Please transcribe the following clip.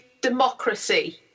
democracy